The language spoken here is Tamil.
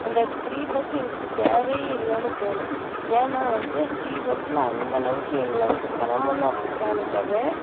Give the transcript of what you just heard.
அந்த ஃப்ரீ பஸ்ஸு எங்களுக்கு தேவையே இல்லைனு தோணும் ஏன்னா வந்து ஃப்ரீ பஸ்ஸுல அந்த அளவுக்கு எங்களை வந்து சிரமந்தான் படுத்துகிறாங்க தவிர